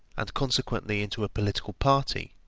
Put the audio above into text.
and consequently into a political party,